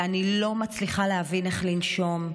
ואני לא מצליחה להבין איך לנשום,